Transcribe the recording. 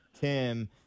Tim